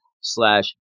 slash